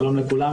שלום לכולם,